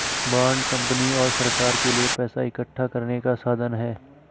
bond company और सरकार के लिए पैसा इकठ्ठा करने का साधन है